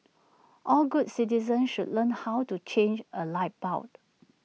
all good citizens should learn how to change A light bulb